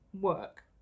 work